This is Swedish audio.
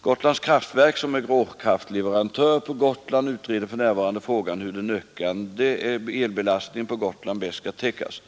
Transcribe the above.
Gotlands kraftverk, som är råkraftleverantör på Gotland, utreder för närvarande frågan hur den ökande elbelastningen på Gotland bäst skall täckas.